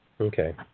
Okay